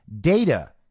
Data